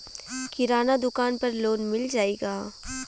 किराना दुकान पर लोन मिल जाई का?